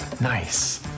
Nice